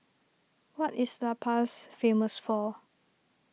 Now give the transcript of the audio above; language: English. what is La Paz famous for